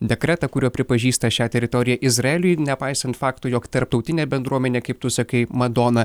dekretą kuriuo pripažįsta šią teritoriją izraeliui nepaisant fakto jog tarptautinė bendruomenė kaip tu sakai madona